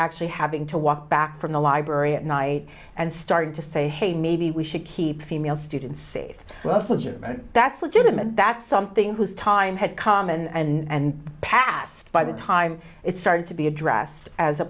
actually having to walk back from the library at night and started to say hey maybe we should keep female students safe well that's legitimate that's something whose time had come and passed by the time it started to be addressed as a